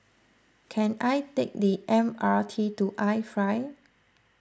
can I take the M R T to iFly